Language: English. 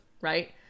right